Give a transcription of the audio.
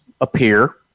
appear